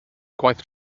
gwaith